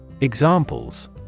Examples